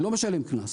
לא משלם קנס.